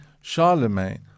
Charlemagne